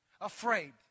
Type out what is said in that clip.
Afraid